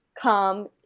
come